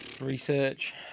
Research